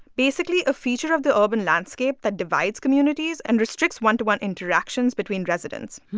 basically, a feature of the urban landscape that divides communities and restricts one-to-one interactions between residents.